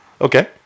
Okay